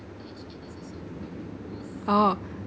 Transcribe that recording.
oh